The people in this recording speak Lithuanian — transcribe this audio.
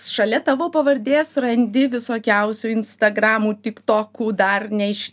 šalia tavo pavardės randi visokiausių instagramų tiktokų dar ne iš